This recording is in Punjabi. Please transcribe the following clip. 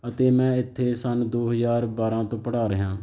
ਅਤੇ ਮੈਂ ਇੱਥੇ ਸੰਨ ਦੋ ਹਜ਼ਾਰ ਬਾਰਾਂ ਤੋਂ ਪੜ੍ਹਾ ਰਿਹਾ